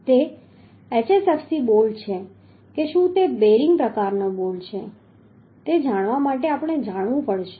તે HSFC bolt છે કે શું તે બેરિંગ પ્રકારનો બોલ્ટ છે તે જાણવા માટે આપણે જાણવું પડશે